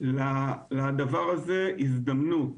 לדבר הזה הזדמנות.